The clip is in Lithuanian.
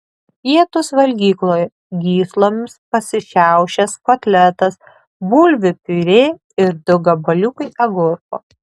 pietūs valgykloje gyslomis pasišiaušęs kotletas bulvių piurė ir du gabaliukai agurko